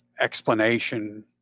explanation